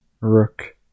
rook